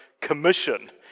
commission